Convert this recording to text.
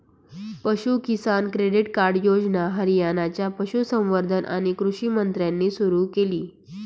पशु किसान credit card योजना हरियाणाच्या पशुसंवर्धन आणि कृषी मंत्र्यांनी सुरू केली